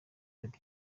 biba